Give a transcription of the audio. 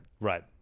Right